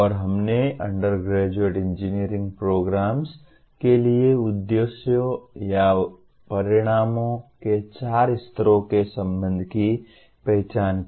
और हमने undergraduate engineering programmes के लिए उद्देश्यों या परिणामों के चार स्तरों के संबंध की पहचान की